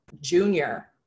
junior